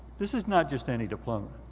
this is not just any diploma.